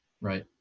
right